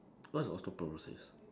what's osteoporosis